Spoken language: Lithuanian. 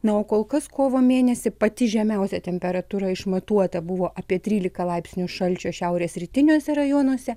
na o kol kas kovo mėnesį pati žemiausia temperatūra išmatuota buvo apie trylika laipsnių šalčio šiaurės rytiniuose rajonuose